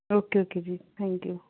okay okay ji thank you